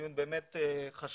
הדיון הוא דיון חשוב.